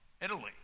Italy